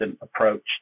approach